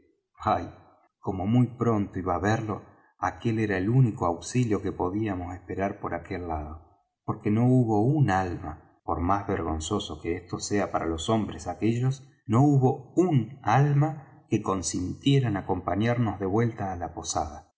como muy pronto iba á verlo aquel era el único auxilio que podíamos esperar por aquel lado porque no hubo un alma por más vergonzoso que esto sea para los hombres aquellos no hubo un alma que consintiera en acompañarnos de vuelta á la posada